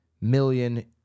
million